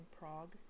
Prague